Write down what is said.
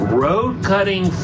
road-cutting